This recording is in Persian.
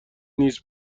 نیز